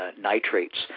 nitrates